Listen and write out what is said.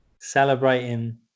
celebrating